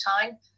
time